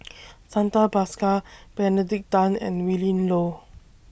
Santha Bhaskar Benedict Tan and Willin Low